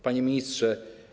Panie Ministrze!